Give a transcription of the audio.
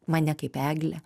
mane kaip eglę